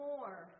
more